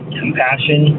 compassion